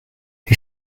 who